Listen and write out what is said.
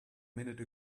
minute